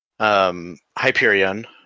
Hyperion